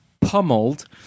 pummeled